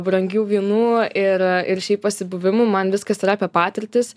brangių vynų ir ir šiaip pasibuvimų man viskas yra apie patirtis